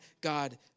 God